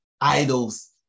Idols